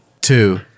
Two